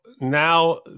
now